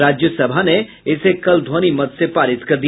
राज्यसभा ने इसे कल ध्वनि मत से पारित कर दिया